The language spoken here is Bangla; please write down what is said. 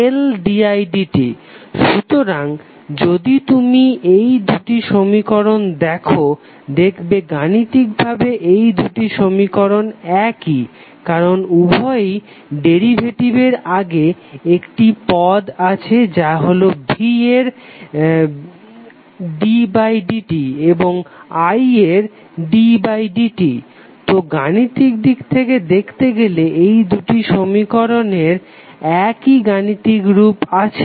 vLdidt সুতরাং যদি তুমি এই দুটি সমীকরণ দেখো দেখবে গাণিতিক ভাবে এই দুটি সমীকরণ একই কারণ উভয়েরই ডেরিভেটিভের আগে একটি পদ আছে যেটা হলো v এর ddt এবং i এর ddt তো গাণিতিক দিক থেকে দেখতে গেলে এই দুটি সমীকরণের একই গাণিতিক রূপ আছে